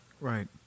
Right